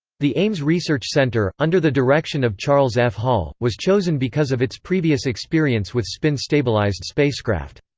the ames research center, under the direction of charles f. hall, was chosen because of its previous experience with spin-stabilized spacecraft.